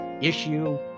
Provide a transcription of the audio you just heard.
issue